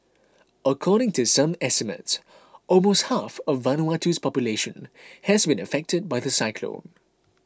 according to some estimates almost half of Vanuatu's population has been affected by the cyclone